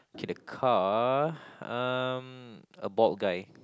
K the car um a bald guy